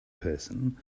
person